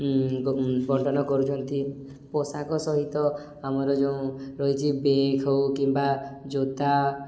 ବର୍ଣ୍ଣନ କରୁଛନ୍ତି ପୋଷାକ ସହିତ ଆମର ଯୋଉଁ ରହିଛି ବ୍ୟାଗ୍ ହଉ କିମ୍ବା ଜୋତା